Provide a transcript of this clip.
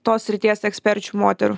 tos srities eksperčių moterų